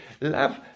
love